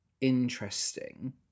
interesting